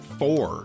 four